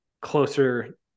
closer